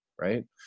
right